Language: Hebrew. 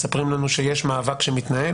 מספרים לנו שיש מאבק שמתנהל